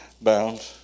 bound